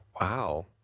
Wow